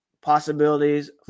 possibilities